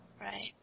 Right